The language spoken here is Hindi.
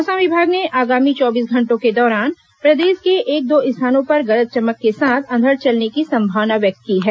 मौसम विभाग ने आगामी चौबीस घंटों के दौरान प्रदेश के एक दो स्थानों पर गरज चमक के साथ अंधड़ चलने की संभावना व्यक्त की है